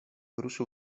ruszył